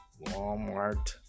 Walmart